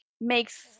makes